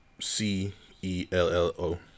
C-E-L-L-O